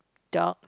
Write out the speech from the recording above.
dog